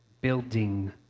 building